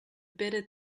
bitter